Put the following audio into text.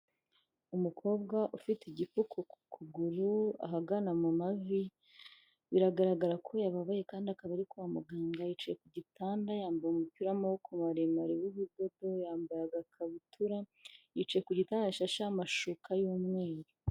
Umukobwa ufite igipfuko ku kuguru ahagana mu mavi, biragaragara ko yababaye kandi akaba ari kwa muganga, yicaye ku gitanda yambaye umupira w'amaboko maremare w'ubudodo yambaye agakabutura, yicaye ku gitanda gishasheho amashuka y'umweru.